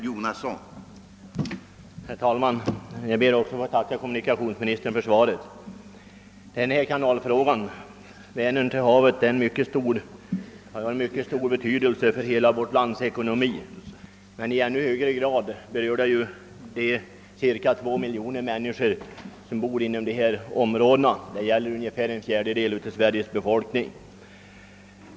Herr talman! Jag ber att få tacka kommunikationsministern för svaret. Frågan om kanalförbindelsen från Vänern till havet har mycket stor betydelse för hela vårt lands ekonomi, men allra mest berör den naturligtvis de cirka 2 miljoner människor som bor inom dessa områden. Det gäller ungefär en fjärdedel av Sveriges befolkning.